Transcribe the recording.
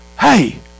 hey